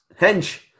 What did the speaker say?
Hench